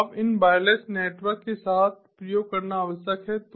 अब इन wireless network के साथ प्रयोग करना आवश्यक है